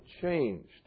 changed